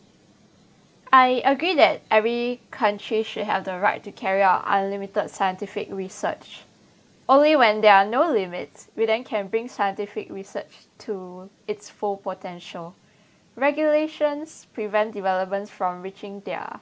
I agree that every country should have the right to carry out unlimited scientific research only when there are no limits we then can bring scientific research to its full potential regulations prevent developments from reaching their